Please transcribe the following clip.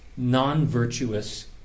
non-virtuous